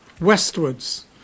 westwards